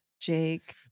Jake